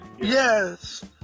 yes